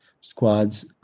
squads